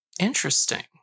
Interesting